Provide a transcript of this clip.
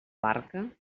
barca